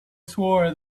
swore